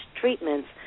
treatments